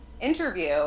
interview